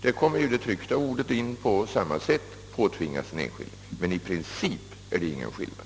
Där kommer ju det tryckta ordet att på samma sätt påtvingas den enskilde. I princip är det ingen skillnad.